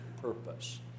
purpose